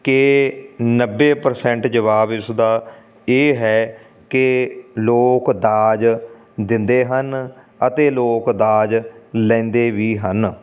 ਕਿ ਨੱਬੇ ਪ੍ਰਸੈਂਟ ਜਵਾਬ ਇਸਦਾ ਇਹ ਹੈ ਕਿ ਲੋਕ ਦਾਜ ਦਿੰਦੇ ਹਨ ਅਤੇ ਲੋਕ ਦਾਜ ਲੈਂਦੇ ਵੀ ਹਨ